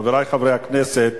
חברי חברי הכנסת,